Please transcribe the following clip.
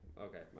Okay